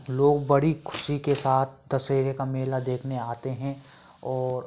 लोग बड़ी खुशी के साथ दशहरे का मेला देखने आते हैं और